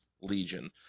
Legion